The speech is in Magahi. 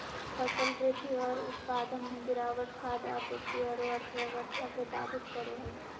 फसल वृद्धि और उत्पादन में गिरावट खाद्य आपूर्ति औरो अर्थव्यवस्था के बाधित करो हइ